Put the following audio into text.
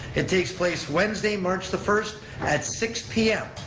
it takes place wednesday, march the first at six p m.